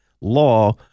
law